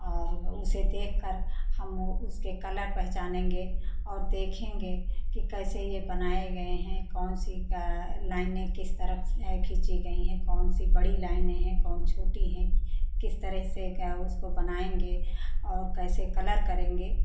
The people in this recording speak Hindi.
और उसे देख कर हम उसके कलर पहचानेंगे और देखेंगे कि कैसे ये बनाए गए हैं कौन सी लाइनें किस तरफ़ खींची गई हैं कौन सी बड़ी लाइनें हैं कौन छोटी हैं किस तरह से उसको बनाएंगे और कैसे कलर करेंगे